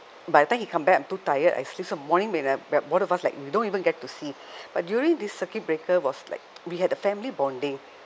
by the time he come back I'm too tired I sleep so morning when I both of us like we don't even get to see but during this circuit breaker was like we had a family bonding